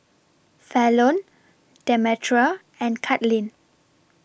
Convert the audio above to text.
Fallon Demetra and Katlin